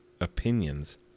opinions